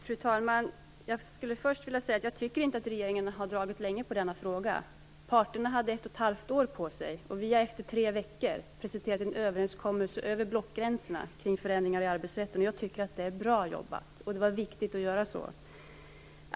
Fru talman! Jag skulle först vilja säga att jag inte tycker att regeringen har dragit ut på tiden med denna fråga. Parterna hade ett och ett halvt år på sig, och vi har efter tre veckor presenterat en överenskommelse över blockgränserna kring förändringar i arbetsrätten, och jag tycker att det är bra jobbat. Det var viktigt att göra så.